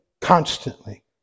constantly